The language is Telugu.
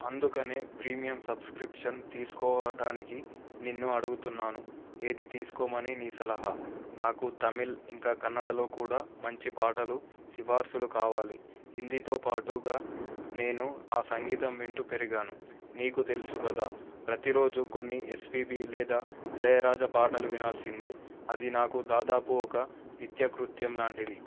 అందుకనే ప్రీమియం సబ్స్క్రిప్షన్ తీసుకోవటానికి నిన్ను అడుగుతున్నాను ఏది తీసుకోమని నీ సలహా నాకు తమిళం ఇంకా కన్నడలో కూడా మంచి పాటలు సిఫారసులు కావాలి హిందీతో పాటుగా నేను ఆ సంగీతం వింటూ పెరిగాను నీకు తెలుసు కదా ప్రతి రోజు కొన్ని ఎస్పీబీ లేదా ఇళయరాజా పాటలు వినాల్సిందే అది నాకు దాదాపు ఒక నిత్యకృత్యం లాంటిది